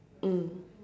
mm